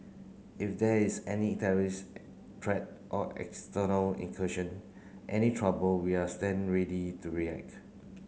if there is any terrorist threat or external incursion any trouble we are stand ready to react